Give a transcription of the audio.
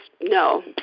no